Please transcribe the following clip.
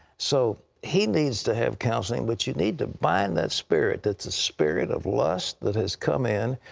so, he needs to have counseling, but you need to bind that spirit. it's a spirit of lust that has come in.